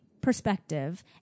perspective